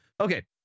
Okay